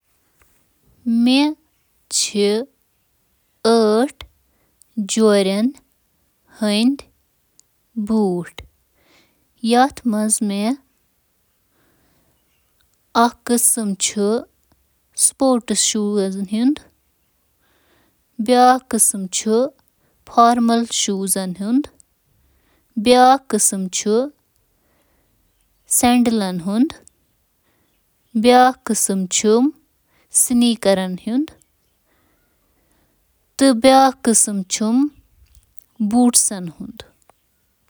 مےٚ چھِ بوٗٹَن ہٕنٛدۍ مُختٔلِف جورٕ۔ لِسٹہٕ below ,.sneakers boots loafers sandals running boot hike کرُن تہٕ trekking boot flip flop pumps espadrilles platform boots snow boot clog wages